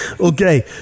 Okay